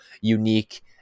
unique